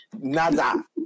Nada